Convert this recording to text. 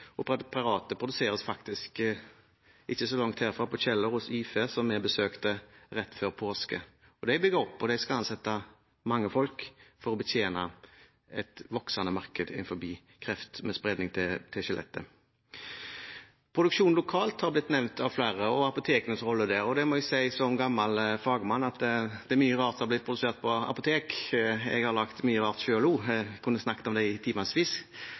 Preparatet produseres faktisk ikke så langt herfra, på Kjeller, hos IFE, som jeg besøkte rett før påske. De bygger opp og skal ansette mange folk for å betjene et voksende marked innenfor kreft med spredning til skjelettet. Flere har nevnt produksjon lokalt og apotekenes rolle der. Der må jeg som gammel fagmann si at det er mye rart som er blitt produsert på apotek – jeg har lagd mye rart selv også! Jeg kunne snakket om det i